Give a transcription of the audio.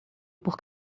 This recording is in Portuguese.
por